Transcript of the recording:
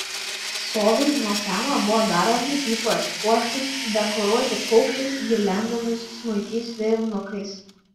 sodai nuo seno buvo daromi ypač puošnūs dekoruoti paukščiais girliandomis smulkiais vėrinukais